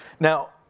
now,